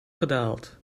gedaald